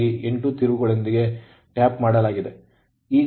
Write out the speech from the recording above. ಗಾಗಿ N2 ತಿರುವುಗಳೊಂದಿಗೆ tap ಮಾಡಲಾಗಿದೆ